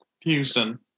Houston